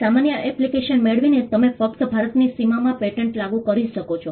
સામાન્ય એપ્લિકેશન મેળવીને તમે ફક્ત ભારતની સીમામાં પેટન્ટ લાગુ કરી શકો છો